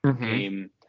game